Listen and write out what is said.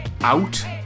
Out